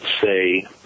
say